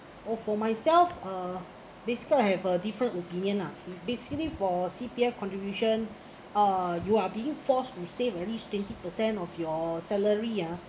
oh for myself uh basically I have a different opinion ah basically for C_P_F contribution uh you are being forced to save at least twenty percent of your salary ah